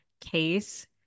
case